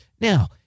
Now